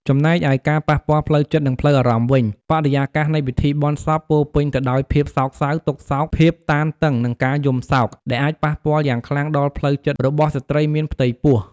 ចំណែកឯការប៉ះពាល់ផ្លូវចិត្ត និងផ្លូវអារម្មណ៍វិញ បរិយាកាសនៃពិធីបុណ្យសពពោរពេញទៅដោយភាពសោកសៅ ទុក្ខសោក ភាពតានតឹង និងការយំសោក ដែលអាចប៉ះពាល់យ៉ាងខ្លាំងដល់ផ្លូវចិត្តរបស់ស្ត្រីមានផ្ទៃពោះ។